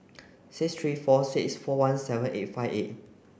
six three four six four one seven eight five eight